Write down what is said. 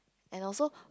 and also